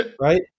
right